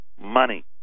money